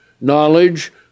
knowledge